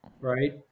right